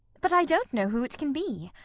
but i don't know who it can be.